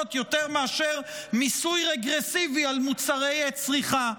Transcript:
יותר מאשר מיסוי רגרסיבי על מוצרי צריכה.